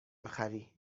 خری